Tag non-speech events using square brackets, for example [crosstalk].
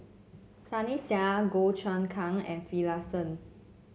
Sunny Sia Goh Choon Kang and Finlayson [noise]